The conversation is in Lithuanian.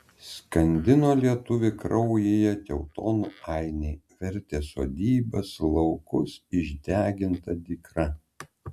skandino lietuvį kraujyje teutonų ainiai vertė sodybas laukus išdeginta dykra